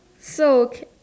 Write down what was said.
so